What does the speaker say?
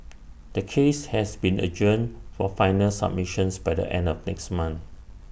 the case has been adjourned for final submissions by the end of next month